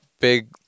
big